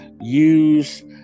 Use